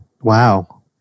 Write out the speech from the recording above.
Wow